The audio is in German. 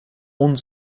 und